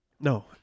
no